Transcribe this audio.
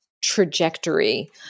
trajectory